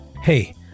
Hey